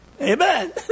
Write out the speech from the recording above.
Amen